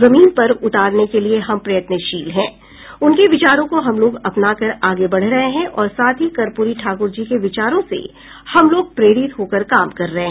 जमीन पर उतारने के लिए हम प्रत्यनशील हैं उनके विचारों को हम लोग अपनाकर आगे बढ़ रहे हैं और साथ ही कर्प्री ठाकुरजी के विचारों से हमलोग प्रेरित होकर काम कर रहे हैं